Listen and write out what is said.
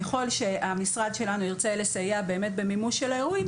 ככל שהמשרד שלנו ירצה לסייע באמת במימוש של האירועים,